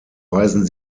weisen